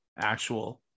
actual